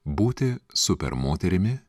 būti super moterimi